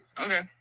Okay